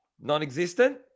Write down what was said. non-existent